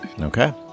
Okay